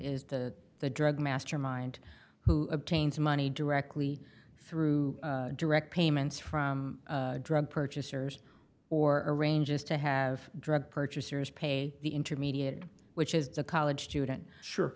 is the the drug mastermind who obtains money directly through direct payments from drug purchasers or arranges to have drug purchasers paid the intermediate which is a college student sure